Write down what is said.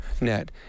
net